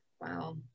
Wow